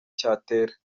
cyatera